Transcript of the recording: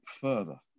further